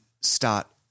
start